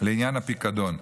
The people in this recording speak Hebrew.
לעניין הפיקדון,